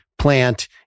plant